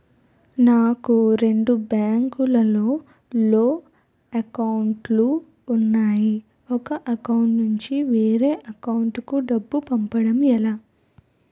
నాకు రెండు బ్యాంక్ లో లో అకౌంట్ లు ఉన్నాయి ఒక అకౌంట్ నుంచి వేరే అకౌంట్ కు డబ్బు పంపడం ఎలా?